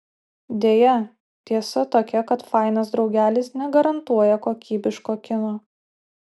deja tiesa tokia kad fainas draugelis negarantuoja kokybiško kino